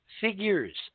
figures